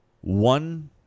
one